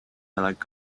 like